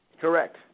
Correct